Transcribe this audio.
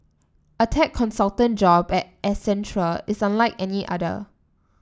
a tech consultant job at Accentual is unlike any other